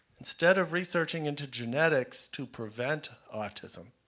instead of researching in to genetics to prevent autism,